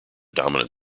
dominant